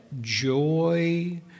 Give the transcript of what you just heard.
joy